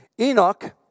Enoch